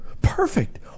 Perfect